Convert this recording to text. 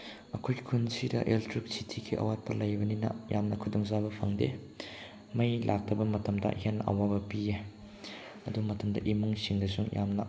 ꯑꯩꯈꯣꯏ ꯈꯨꯜꯁꯤꯗ ꯑꯦꯂꯦꯛꯇ꯭ꯔꯤꯁꯤꯇꯤꯒꯤ ꯑꯋꯥꯠꯄ ꯂꯩꯕꯅꯤꯅ ꯌꯥꯝꯅ ꯈꯨꯗꯣꯡ ꯆꯥꯕ ꯐꯪꯗꯦ ꯃꯩ ꯂꯥꯛꯇꯕ ꯃꯇꯝꯗ ꯍꯦꯟꯅ ꯑꯋꯥꯕ ꯄꯤꯌꯦ ꯑꯗꯨ ꯃꯇꯝꯗ ꯏꯃꯨꯡꯁꯤꯡꯗꯁꯨ ꯌꯥꯝꯅ